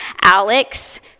Alex